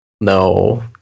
No